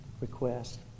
request